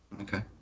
Okay